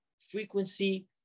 frequency